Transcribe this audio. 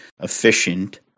efficient